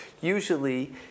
usually